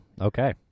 Okay